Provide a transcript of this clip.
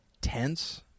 tense